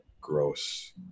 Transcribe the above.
gross